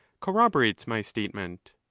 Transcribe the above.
cor roborates my statement.